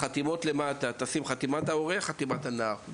בחתימות למטה תוסיף חתימת ההורה ואת חתימת הנער.